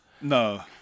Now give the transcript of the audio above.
No